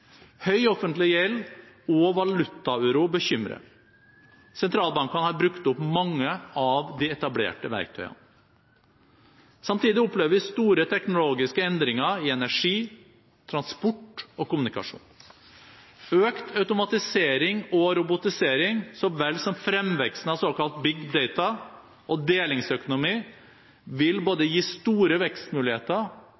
Høy offentlig gjeld og valutauro bekymrer oss. Sentralbankene har brukt opp mange av de etablerte verktøyene. Samtidig opplever vi store teknologiske endringer i energi, transport og kommunikasjon. Økt automatisering og robotisering så vel som fremveksten av såkalt «big data» og delingsøkonomi vil både